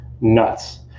nuts